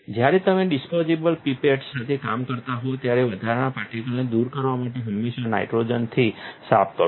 જ્યારે તમે disposable pipettes સાથે કામ કરતા હોવ ત્યારે વધારાના પર્ટિકલને દૂર કરવા માટે તેને હંમેશા નાઇટ્રોજનથી સાફ કરો